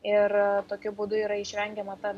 ir tokiu būdu yra išvengiama ta